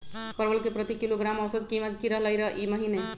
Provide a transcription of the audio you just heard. परवल के प्रति किलोग्राम औसत कीमत की रहलई र ई महीने?